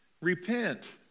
Repent